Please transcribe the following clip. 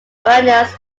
iranians